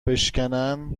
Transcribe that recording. بشکنن